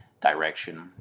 direction